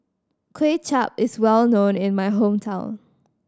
Kway Chap is well known in my hometown